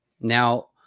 now